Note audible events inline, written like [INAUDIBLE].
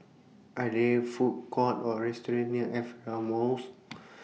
Are There Food Courts Or restaurants near Aperia Mall [NOISE]